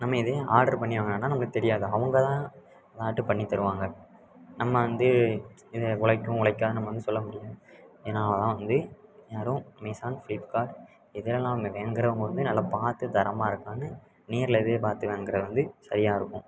நம்ம எதையும் ஆர்டர் பண்ணி வாங்கினோன்னா நம்மளுக்கு தெரியாது அவங்க தான் ஆர்ட்ரு பண்ணி தருவாங்க நம்ம வந்து இது உழைக்கும் இது உழைக்காதுன்னு நம்ம வந்து சொல்ல முடியாது ஏன்னா அதனால் வந்து யாரும் அமேஸான் ஃப்ளிப்கார்ட் இதிலலாம் வந்து வாங்குறவங்க வந்து நல்லா பார்த்து தரமாக இருக்கான்னு நேரில் போய் பார்த்து வாங்குவது வந்து சரியாக இருக்கும்